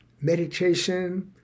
meditation